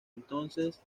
entonces